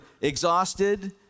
exhausted